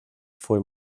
fue